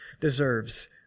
deserves